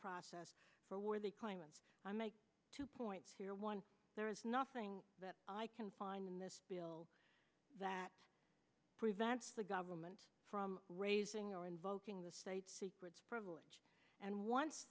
process for where the climate is i make two points here one there is nothing that i can find in this bill that prevents the government from raising or invoking the state secrets privilege and once